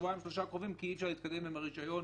בשבועיים-שלושה הקרובים כי אי אפשר להתקדם עם הרישיון